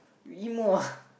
you emo ah